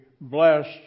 blessed